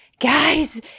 guys